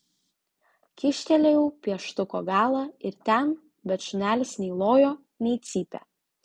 kyštelėjau pieštuko galą ir ten bet šunelis nei lojo nei cypė